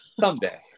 someday